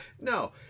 no